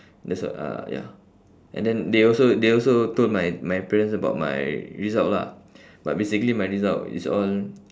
that's what uh ya and then they also they also told my my parents about my result lah but basically my result is all